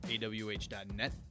awh.net